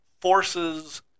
forces